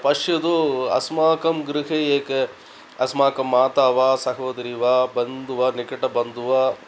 पश्यतु अस्माकं गृहे एका अस्माकं माता वा सहोदरी वा बन्धुः वा निकटबन्धुः वा